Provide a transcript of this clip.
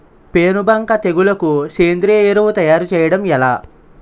పేను బంక తెగులుకు సేంద్రీయ ఎరువు తయారు చేయడం ఎలా?